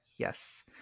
yes